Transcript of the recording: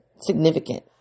significant